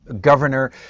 governor